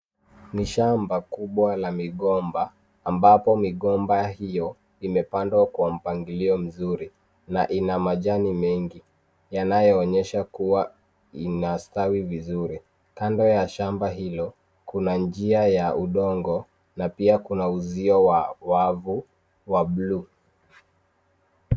Ni shamba kubwa la migomba ambapo migomba hiyo imepandwa kwa mpangilio mzuri na ina majani mengi yanayoonyesha kuwa inastawi vizuri. Kando ya shamba hilo kuna njia ya udongo na pia kuna uzio wa wavu wa bluu.